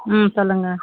ம் சொல்லுங்க